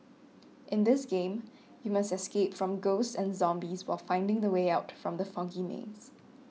in this game you must escape from ghosts and zombies while finding the way out from the foggy maze